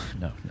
no